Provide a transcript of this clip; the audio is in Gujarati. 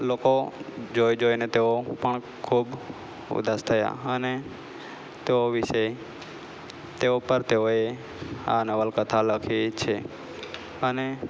લોકો જોઈ જોઈને તેઓ પણ ખૂબ ઉદાસ થયા અને તેઓ વિશે તેઓ પર તેઓએ આ નવલકથા લખી છે અને